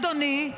אדוני,